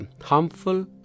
Harmful